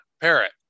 Parrot